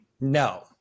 No